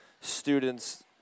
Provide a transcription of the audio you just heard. students